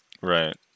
Right